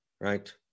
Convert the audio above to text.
right